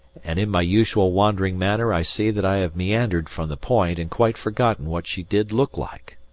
and in my usual wandering manner i see that i have meandered from the point and quite forgotten what she did look like.